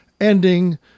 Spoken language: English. ending